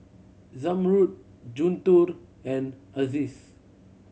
Zamrud Guntur and Aziz